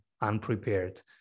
unprepared